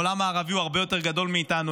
העולם הערבי הוא הרבה יותר גדול מאיתנו,